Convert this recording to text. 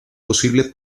posible